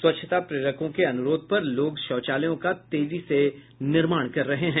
स्वच्छता प्रेरकों के अनुरोध पर लोग शौचालयों का तेजी से निर्माण कर रहे हैं